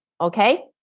Okay